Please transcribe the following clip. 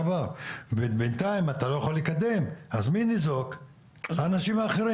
יצא לי לתכנן ויצא לי להיכנס ולתחם מתחמים,